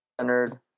centered